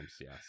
yes